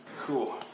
cool